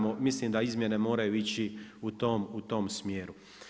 Mislim da izmjene moraju ići u tom smjeru.